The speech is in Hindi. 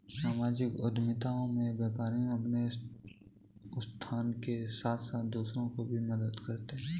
सामाजिक उद्यमिता में व्यापारी अपने उत्थान के साथ साथ दूसरों की भी मदद करते हैं